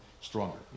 stronger